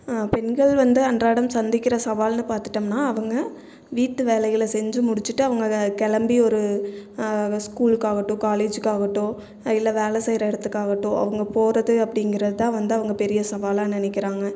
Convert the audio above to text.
பெண்கள் வந்து அன்றாடம் சந்திக்கிற சவாலுனு பார்த்துட்டம்னா அவங்க வீட்டு வேலைகளை செஞ்சு முடிச்சுட்டு அவங்க கிளம்பி ஒரு ஸ்கூலுக்காக ஆகட்டும் காலேஜ்க்காகட்டும் இல்லை வேலை செய்கிற இடத்துகாகட்டும் அவங்க போவது அப்படிங்குறது தான் வந்து அவங்க பெரிய சவாலாக நினக்கிறாங்க